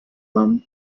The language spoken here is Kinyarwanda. mama